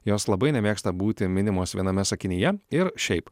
jos labai nemėgsta būti minimos viename sakinyje ir šiaip